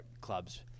clubs